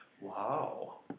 Wow